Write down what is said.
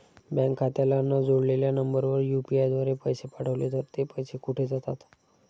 Bank खात्याला न जोडलेल्या नंबरवर यु.पी.आय द्वारे पैसे पाठवले तर ते पैसे कुठे जातात?